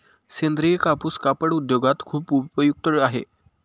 सेंद्रीय कापूस कापड उद्योगात खूप उपयुक्त आहे